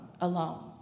alone